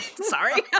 Sorry